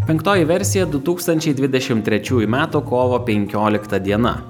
penktoji versija du tūkstančiai dvidešim trečiųjų metų kovo penkiolikta diena